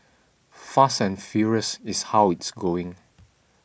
fast and furious is how it's going